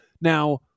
Now